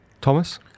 Thomas